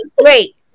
Wait